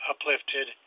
uplifted